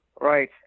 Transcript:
Right